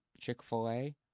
Chick-fil-A